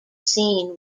scene